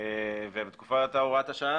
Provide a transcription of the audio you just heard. בסופה של תקופה זו